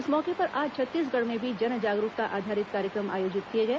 इस मौके पर आज छत्तीसगढ़ में भी जन जागरूकता आधारित कार्यक्रम आयोजित किए गए